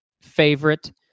favorite